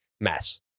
mess